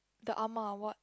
the ah-ma what